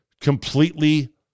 completely